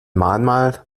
mahnmal